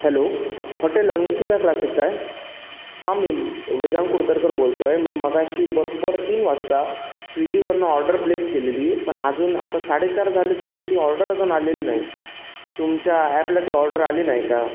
hello hotel Ankita classic काय हां मी वेदांत कुडतरकर बोलतोय मी मघाशी बरोबर तीन वाजता स्विगीवरून ऑर्डर प्लेस केलेली पण आजून आता साडे चार झाले तरी ती ऑर्डर अजून आलेली नाही तुमच्या ॲपला ती ऑर्डर आली नाही का